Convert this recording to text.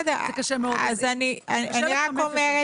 אז אם אתה מוסיף 700 או 720 שקל פר פעוט,